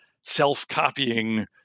self-copying